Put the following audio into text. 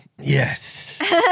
Yes